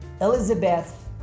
Elizabeth